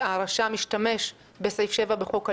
שהרשם שהשתמש בסעיף 7 של חוק הלאום.